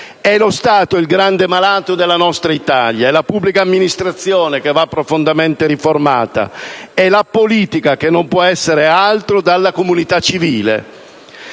È lo Stato il grande malato della nostra Italia. È la pubblica amministrazione che va profondamente riformata. È la politica che non può essere altro dalla comunità civile.